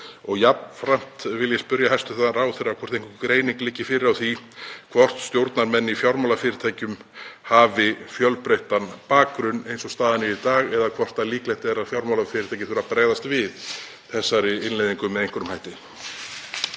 dag. Jafnframt vil ég spyrja hæstv. ráðherra hvort einhver greining liggi fyrir á því hvort stjórnarmenn í fjármálafyrirtækjum hafi fjölbreyttan bakgrunn eins og staðan er í dag eða hvort líklegt sé að fjármálafyrirtæki þurfi að bregðast við þessari innleiðingu með einhverjum hætti.